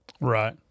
Right